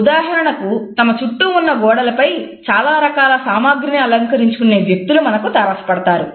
ఉదాహరణకు తమ చుట్టూ ఉన్న గోడలపై చాలా రకాల సామాగ్రిని అలంకరించుకునే వ్యక్తులు మనకు తారసపడతారు